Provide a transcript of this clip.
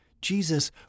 Jesus